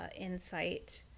insight